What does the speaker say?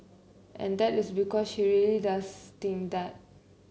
and that is because she really does think that